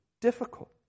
difficult